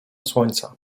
słońca